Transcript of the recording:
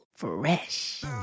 fresh